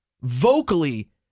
vocally